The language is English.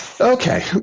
Okay